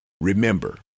Remember